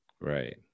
right